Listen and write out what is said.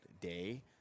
day